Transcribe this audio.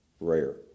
Rare